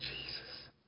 Jesus